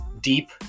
deep